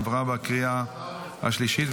עברה בקריאה השלישית,